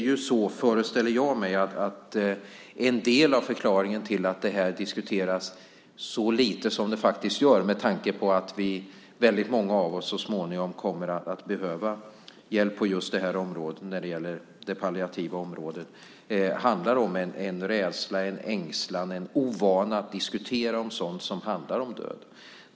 Jag föreställer mig att en del av förklaringen till att detta diskuteras så lite som det görs - med tanke på att väldigt många av oss så småningom kommer att behöva hjälp på just det palliativa området - handlar om en rädsla, en ängslan, en ovana att diskutera sådant som handlar om döden.